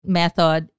method